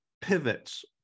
pivots